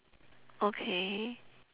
okay